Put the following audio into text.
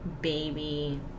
baby